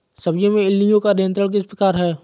सब्जियों में इल्लियो का नियंत्रण किस प्रकार करें?